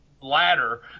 ladder